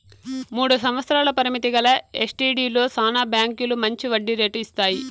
మూడు సంవత్సరాల పరిమితి గల ఎస్టీడీలో శానా బాంకీలు మంచి వడ్డీ రేటు ఇస్తాయి